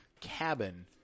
cabin